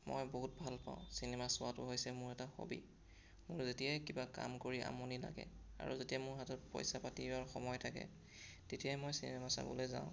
মই বহুত ভাল পাওঁ চিনেমা চোৱাতো হৈছে মোৰ এটা হবি মোৰ যেতিয়াই কিবা কাম কৰি আমনি লাগে আৰু যেতিয়া মোৰ হাতত পইচা পাতি আৰু সময় থাকে তেতিয়াই মই চিনেমা চাবলৈ যাওঁ